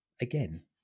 Again